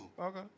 Okay